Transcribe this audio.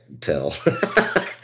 tell